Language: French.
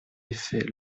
effet